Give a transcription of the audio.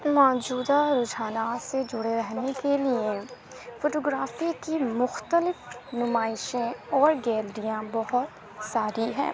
موجودہ رجحانات سے جڑے رہنے کے لیے فوٹوگرافی کی مختلف نمائشیں اور گیلریاں بہت ساری ہیں